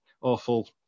awful